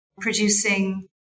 producing